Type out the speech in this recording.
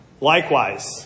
Likewise